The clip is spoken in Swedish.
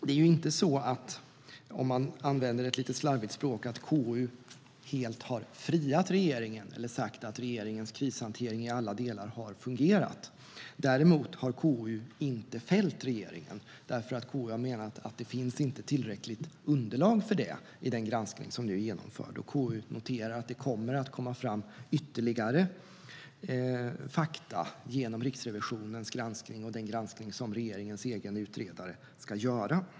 Det är inte så, om man använder ett lite slarvigt språk, att KU helt har friat regeringen eller sagt att regeringens krishantering i alla delar har fungerat. Däremot har KU inte fällt regeringen därför att KU har menat att det inte finns tillräckligt underlag för det i den granskning som nu är genomförd. KU noterar att det kommer att komma fram ytterligare fakta genom Riksrevisionens granskning och den granskning som regeringens egen utredare ska göra.